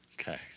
Okay